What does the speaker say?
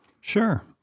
Sure